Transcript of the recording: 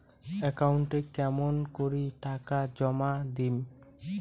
একাউন্টে কেমন করি টাকা জমা দিম?